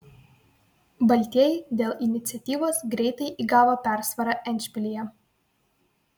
baltieji dėl iniciatyvos greitai įgavo persvarą endšpilyje